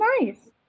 nice